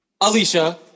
Alicia